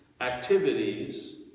activities